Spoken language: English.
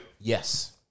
yes